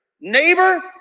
neighbor